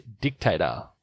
Dictator